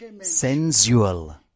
sensual